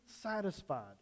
satisfied